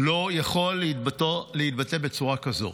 לא יכול להתבטא בצורה כזו.